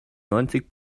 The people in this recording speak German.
neunzig